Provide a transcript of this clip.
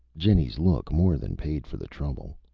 jenny's look more than paid for the trouble.